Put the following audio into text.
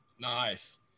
Nice